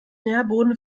nährboden